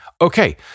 Okay